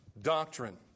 Doctrine